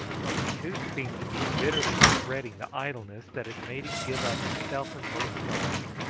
he too seemed to be bitterly regretting the idleness that had made him give up his self-imposed task,